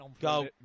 go